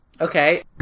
Okay